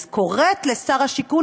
אני קוראת לשר הבינוי והשיכון,